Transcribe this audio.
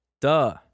Duh